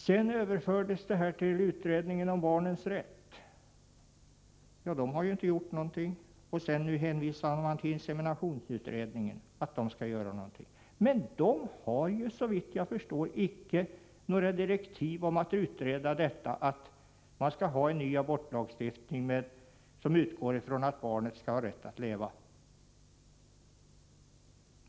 Sedan hänvisade utskottet till utredningen om barnens rätt — men där har man inte gjort någonting — och nu hänvisar man till inseminationsutredningen, att den utredningen skall göra någonting. Men den utredningen har, såvitt jag förstår, inte några direktiv om att utreda frågan om en ny abortlagstiftning som utgår från att barn skall ha rätt att leva!